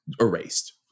erased